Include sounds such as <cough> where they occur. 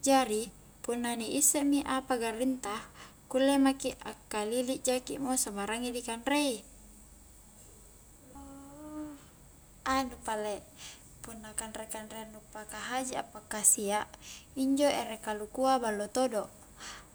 Jari punna ni isse mi apa garring ta kulle maki a'kalili jaki mo sambarangi dikanrei <hesitation> anu pale punna kanre-kanreang nu paka haji a pakkasia injo ere kalukua, ballo todo